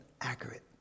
accurate